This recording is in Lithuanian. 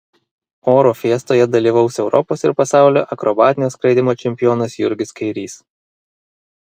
oro fiestoje dalyvaus europos ir pasaulio akrobatinio skraidymo čempionas jurgis kairys